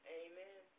amen